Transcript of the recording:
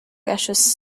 gaseous